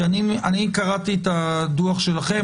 כי אני קראתי את הדוח שלכם,